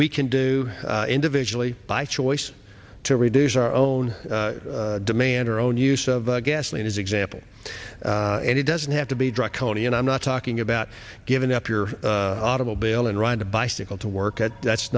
we can do individually by choice to reduce our own demand our own use of the gasoline is example and it doesn't have to be draconian i'm not talking about giving up your automobile and ride a bicycle to work at that's